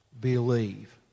Believe